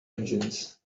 engines